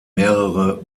mehrere